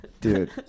Dude